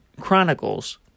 Chronicles